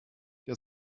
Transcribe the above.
der